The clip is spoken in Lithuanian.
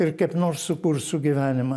ir kaip nors sukursiu gyvenimą